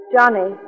Johnny